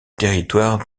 territoire